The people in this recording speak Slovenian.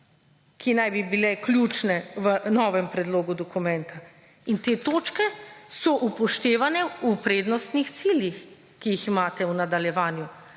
ki naj bi bile ključne v novem predlogu dokumenta. In te točke so upoštevane v prednostnih ciljih, ki jih imate v nadaljevanju.